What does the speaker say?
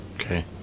Okay